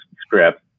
script